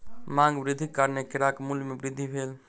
मांग वृद्धिक कारणेँ केराक मूल्य में वृद्धि भेल